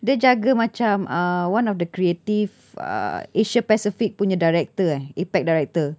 dia jaga macam uh one of the creative uh asia pacific punya director eh APAC director